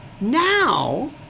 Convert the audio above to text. now